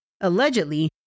allegedly